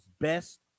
best